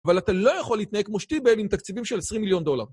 אבל אתה לא יכול להתנהג כמו שטיבל עם תקציבים של 20 מיליון דולר.